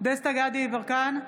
דסטה גדי יברקן,